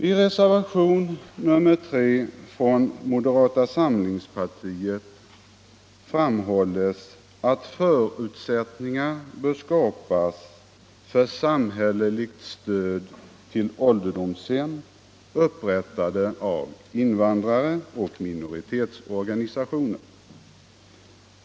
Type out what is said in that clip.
I reservationen 3 från moderata samlingspartiet framhålles att förutsättningar bör skapas för samhälleligt stöd till ålderdomshem upprättade av invandrare och minoritetsorganisationer.